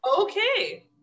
okay